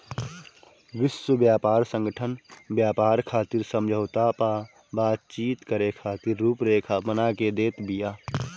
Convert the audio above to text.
विश्व व्यापार संगठन व्यापार खातिर समझौता पअ बातचीत करे खातिर रुपरेखा बना के देत बिया